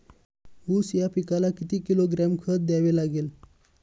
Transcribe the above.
ऊस या पिकाला किती किलोग्रॅम खत द्यावे लागेल?